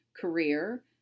career